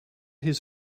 his